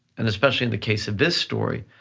and especially in the case of this story,